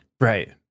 right